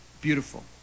beautiful